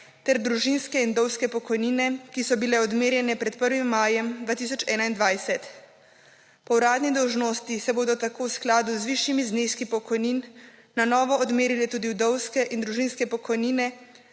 ter družinske in vdovske pokojnine, ki so bile odmerjene pred 1. majem 2021. Po uradni dolžnosti se bodo tako v skladu z višjimi zneski pokojnin na novo odmerile tudi vdovske in družinske pokojnine